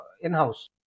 in-house